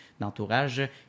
d'entourage